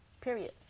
period